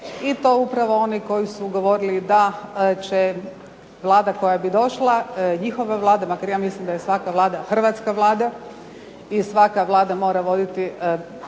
i to upravo oni koji su govorili da će Vlada koja bi došla, njihove vlade, makar ja mislim da je svaka vlada hrvatska Vlada i svaka vlada mora voditi